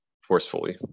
forcefully